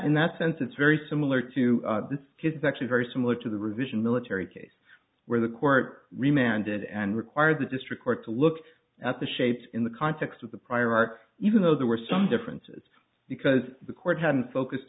in that sense it's very similar to this kid's actually very similar to the revision military case where the court remanded and require the district court to look at the shapes in the context of the prior art even though there were some differences because the court hadn't focused